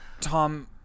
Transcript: Tom